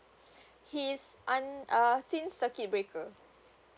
he's un~ err sync circuit breaker